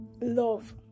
love